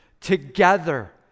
together